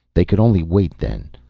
they could only wait then,